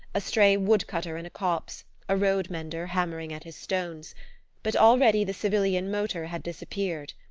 a stray wood-cutter in a copse, a road-mender hammering at his stones but already the civilian motor had disappeared,